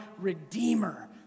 redeemer